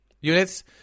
units